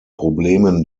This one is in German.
problemen